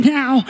now